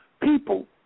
People